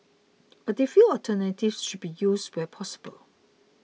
but they feel alternatives should be used where possible